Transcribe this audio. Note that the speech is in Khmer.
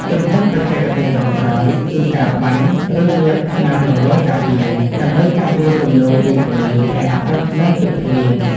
ជំហានបច្ចេកទេសចុងក្រោយ គឺការបាញ់ ឬលាបថ្នាំរលោងការពារ ដើម្បីការពារគំនូរពីពន្លឺព្រះអាទិត្យ និងទឹកភ្លៀង។